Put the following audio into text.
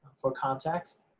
for context,